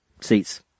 seats